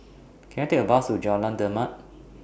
Can I Take A Bus to Jalan Demak